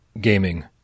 gaming